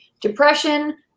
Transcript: depression